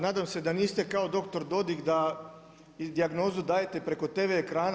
Nadam se da niste kao doktor Dodig da dijagnozu dajete preko TV ekrana.